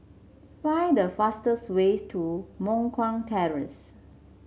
find the fastest way to Moh Guan Terrace